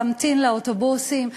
להמתין לאוטובוסים.